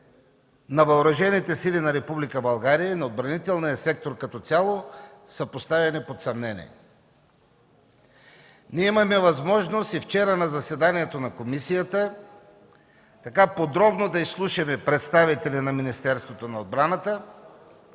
на Въоръжените сили на Република България и на отбранителния сектор като цяло са поставени под съмнение. Ние имахме възможност вчера на заседанието на комисията подробно да изслушаме представители на Министерството на отбраната